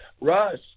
Russ